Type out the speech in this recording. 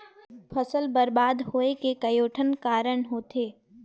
फसल बरबाद होवे के कयोठन कारण होथे